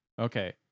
Okay